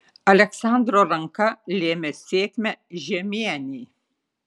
aleksandro ranka lėmė sėkmę žiemienei